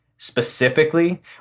Specifically